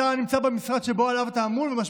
כשאתה נמצא במשרד שעליו אתה ממונה,